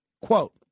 Quote